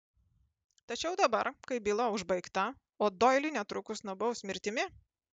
tačiau dabar kai byla užbaigta o doilį netrukus nubaus mirtimi